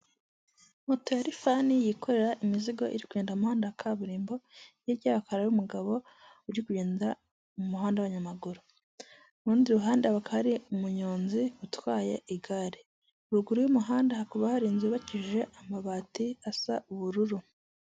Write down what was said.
Moto ya rifani yikorera imizigo iri kugenda mu muhanda wa kaburimbo, hirya yaho hakaba hari umugabo uri kugenda mu muhanda w'abanyamaguru. Mu rundi ruhande hakaba hari umunyonzi utwaye igare, ruguru y'umuhanda hakaba hari inzu yubakishije amabati asa ubururu.